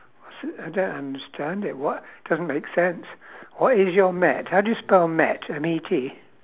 s~ I don't understand it what doesn't make sense what is your met how do you spell met M E T